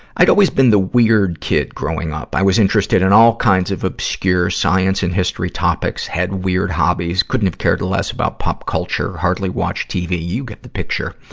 i'd always been the weird kid growing up. i was interested in all kinds of obscure science and history topics, had weird hobbies, couldn't have cared less about pop culture, hardly watched tv you get the picture.